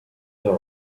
dog